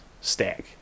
Stack